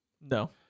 No